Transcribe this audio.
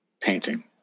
painting